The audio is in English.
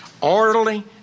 Orderly